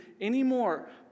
anymore